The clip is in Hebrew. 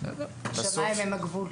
השמיים הם הגבול.